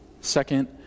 Second